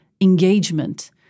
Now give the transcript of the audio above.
engagement